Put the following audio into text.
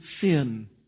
sin